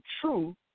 true